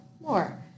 more